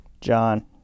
John